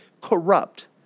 corrupt